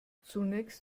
zunächst